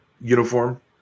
uniform